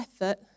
effort